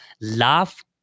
laugh